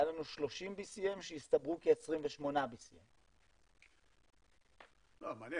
היה לנו 30 BCM שהסתברו כ-28 BCM. מעניין.